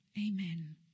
Amen